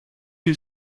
you